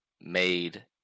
made